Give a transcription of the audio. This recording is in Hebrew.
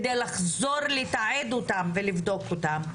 כדי לחזור לתעד אותן ולבדוק אותן?